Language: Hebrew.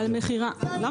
למה?